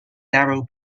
narrow